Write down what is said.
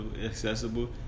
accessible